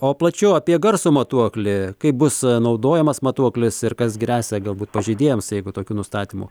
o plačiau apie garso matuoklį kaip bus naudojamas matuoklis ir kas gresia galbūt pažeidėjams jeigu tokių nustatymų